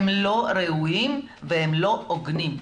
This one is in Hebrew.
הם לא ראויים והם לא הוגנים.